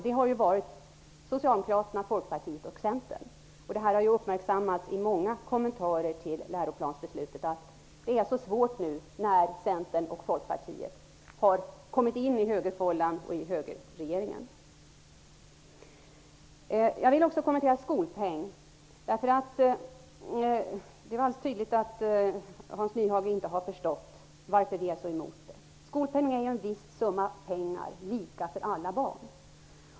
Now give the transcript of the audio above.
Det har varit Det har uppmärksammats i många kommentarer till läroplansbeslutet att det är svårt när Centern och Folkpartiet nu har kommit in i högerfållan och i högerregeringen. Jag vill också kommentera frågan om skolpeng. Det var alldeles tydligt att Hans Nyhage inte har förstått varför vi är så emot den. Skolpeng är ju en viss summa pengar -- lika för alla barn.